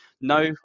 no